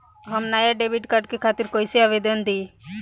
हम नया debit card के खातिर कइसे आवेदन दीं?